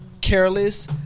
careless